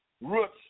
roots